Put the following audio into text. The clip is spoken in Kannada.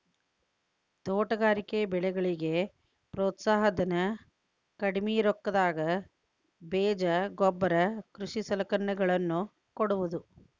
ತೋಟಗಾರಿಕೆ ಬೆಳೆಗಳಿಗೆ ಪ್ರೋತ್ಸಾಹ ಧನ, ಕಡ್ಮಿ ರೊಕ್ಕದಾಗ ಬೇಜ ಗೊಬ್ಬರ ಕೃಷಿ ಸಲಕರಣೆಗಳ ನ್ನು ಕೊಡುವುದು